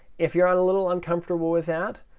if you're a little uncomfortable with that,